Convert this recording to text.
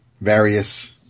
various